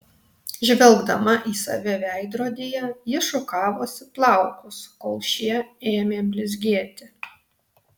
žvelgdama į save veidrodyje ji šukavosi plaukus kol šie ėmė blizgėti